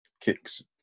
kicks